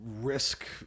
risk